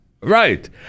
Right